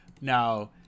Now